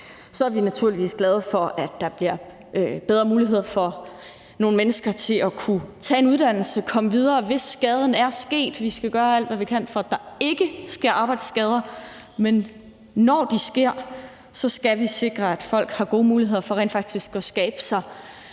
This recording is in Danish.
Så er vi naturligvis glade for, at der bliver bedre mulighed for nogle mennesker for at kunne tage en uddannelse og komme videre, hvis skaden er sket. Vi skal gøre alt, hvad vi kan, for at der ikke sker arbejdsskader, men når de sker, skal vi sikre, at folk har gode muligheder for rent faktisk at skabe sig